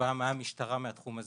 שבאה מהמשטרה מהתחום הזה,